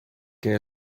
que